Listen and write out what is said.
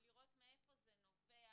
לראות מאיפה זה נובע,